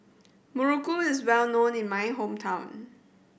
muruku is well known in my hometown